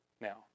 now